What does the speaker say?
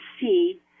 see